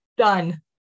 Done